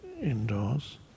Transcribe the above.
indoors